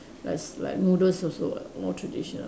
like s~ like noodles also [what] more traditional